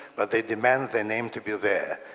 but they demand their name to be there.